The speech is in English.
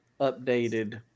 updated